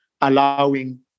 allowing